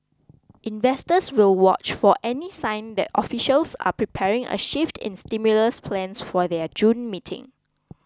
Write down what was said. investors will watch for any sign that officials are preparing a shift in stimulus plans for their June meeting